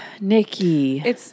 Nikki